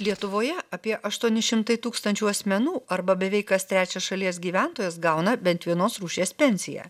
lietuvoje apie aštuoni šimtai tūkstančių asmenų arba beveik kas trečias šalies gyventojas gauna bent vienos rūšies pensiją